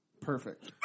Perfect